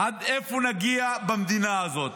עד איפה נגיע במדינה הזאת?